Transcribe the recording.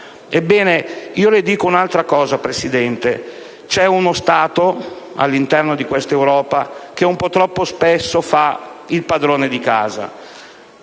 realtà. Le dico un'altra cosa, signor Presidente: ci è uno Stato, all'interno di questa Europa, che un po' troppo spesso fa il padrone di casa.